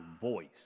voice